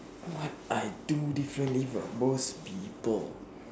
what I do differently from most people